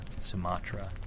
Sumatra